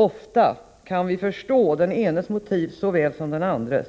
Ofta kan vi förstå den enes motiv såväl som den andres,